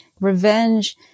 revenge